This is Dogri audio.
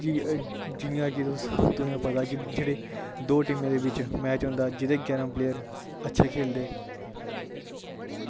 जियां की तुसेंगी पता कि जेह्ड़े दौ टीमें दे बिच मैच होंदा जेह्दे जारां प्लेयर अच्छे खेल्लदे